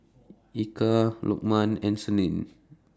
Eka Lukman and Senin